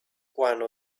one